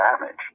damage